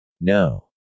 No